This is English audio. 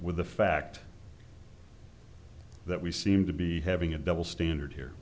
with the fact that we seem to be having a double standard here